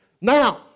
Now